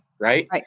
Right